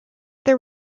there